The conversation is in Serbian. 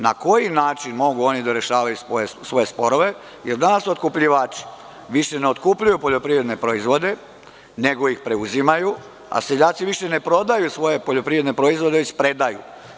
Na koji način oni mogu da rešavaju svoje sporove, jer danas otkupljivači više ne otkupljuju poljoprivredne proizvode, nego ih preuzimaju, a seljaci više ne prodaju svoje poljoprivredne proizvode već ih predaju.